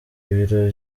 ibiro